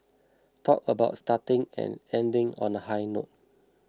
talk about starting and ending on a high note